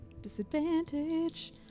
Disadvantage